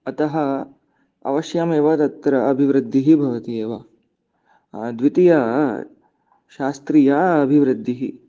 अतः अवश्यमेव तत्र अभिवृद्धिः भवति एव द्वितीयशास्त्रीया अभिवृद्धिः